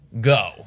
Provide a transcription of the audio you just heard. go